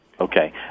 Okay